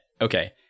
okay